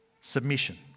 Submission